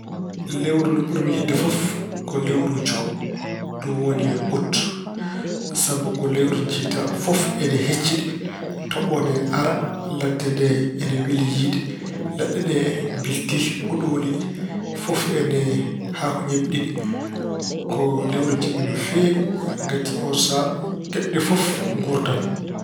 Lewru ndu ɓurmi yiɗde fof ko lewru Juko, ɗum woni Ut. Sabu ko lewru njiyata fof ine hecciɗi. Toɓo ina ara, ladde nde ina weli yiyde. Leɗɗe ɗe mbilti. Kuɗooli fof ina haako ñebbiɗini. Ko lewru ndu njiɗmi no feewi ngati oon sahaa geɗe ɗe fof nguurtan.